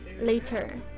later